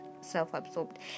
self-absorbed